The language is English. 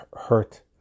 hurt